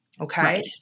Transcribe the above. Okay